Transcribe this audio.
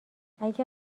اگه